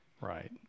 Right